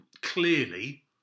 clearly